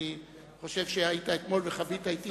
אני חושב שהיית אתי אתמול וחווית אתי